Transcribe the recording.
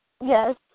Yes